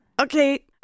Okay